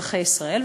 אזרחי ישראל,